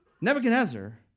Nebuchadnezzar